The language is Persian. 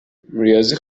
ریاضی